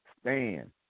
stand